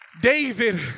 David